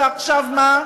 ועכשיו מה?